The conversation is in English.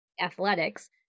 athletics